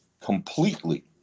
completely